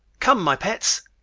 come, my pets.